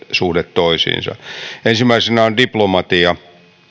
toisiinsa ensimmäisenä on diplomatia